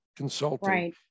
consulting